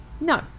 No